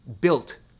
built